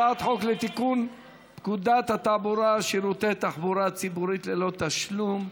הצעת חוק לתיקון פקודת התעבורה (שירותי תחבורה ציבורית ללא תשלום),